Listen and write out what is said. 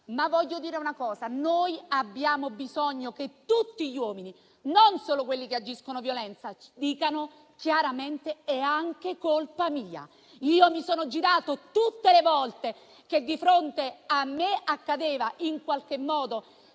Ma voglio dire una cosa: abbiamo bisogno che tutti gli uomini, non solo quelli che commettono violenza, dicano chiaramente: è anche colpa mia; io mi sono girato dall'altra parte tutte le volte che di fronte a me accadeva in qualche modo